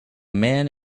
man